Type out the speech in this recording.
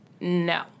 no